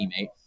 teammate